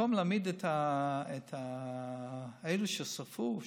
במקום להעמיד את אלה ששרפו לדין,